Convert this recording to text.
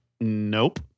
Nope